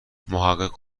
محقق